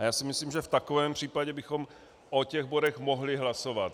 Já si myslím, že v takovém případě bychom o těch bodech mohli hlasovat.